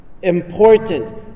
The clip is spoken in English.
important